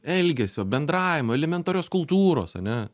elgesio bendravimo elementarios kultūros ane